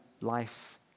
life